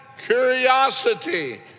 curiosity